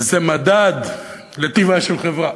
זה מדד לטיבה של חברה.